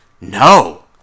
No